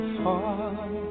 far